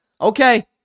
Okay